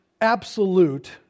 absolute